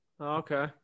Okay